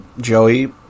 Joey